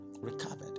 recovered